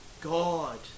God